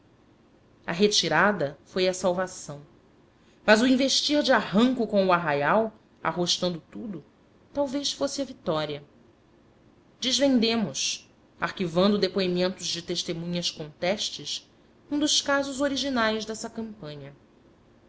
a retirada foi a salvação mas o investir de arranco com o arraial arrostando tudo talvez fosse a vitória desvendemos arquivando depoimentos de testemunhas contestes um dos casos originais dessa campanha